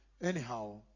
anyhow